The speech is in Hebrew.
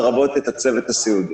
לרבות את הצוות הסיעודי.